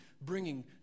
bringing